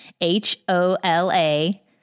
H-O-L-A